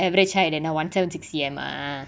average height என்ன:enna one seven sixty C_M ah